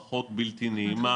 פחות בלתי נעימה,